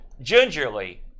gingerly